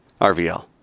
RVL